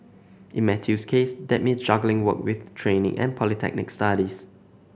in Matthew's case that means juggling work with training and polytechnic studies